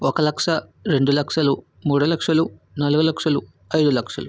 ఒక లక్ష రెండు లక్షలు మూడు లక్షలు నాలుగు లక్షలు ఐదు లక్షలు